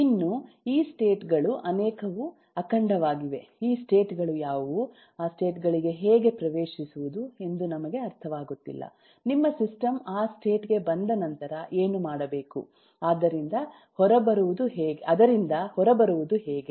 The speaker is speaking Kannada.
ಇನ್ನೂ ಈ ಸ್ಟೇಟ್ ಗಳು ಅನೇಕವು ಅಖಂಡವಾಗಿವೆ ಈ ಸ್ಟೇಟ್ ಗಳು ಯಾವುವು ಆ ಸ್ಟೇಟ್ ಗಳಿಗೆ ಹೇಗೆ ಪ್ರವೇಶಿಸುವುದು ಎಂದು ನಮಗೆ ಅರ್ಥವಾಗುತ್ತಿಲ್ಲ ನಿಮ್ಮ ಸಿಸ್ಟಮ್ ಆ ಸ್ಟೇಟ್ ಗೆ ಬಂದ ನಂತರ ಏನು ಮಾಡಬೇಕು ಅದರಿಂದ ಹೊರಬರುವುದು ಹೇಗೆ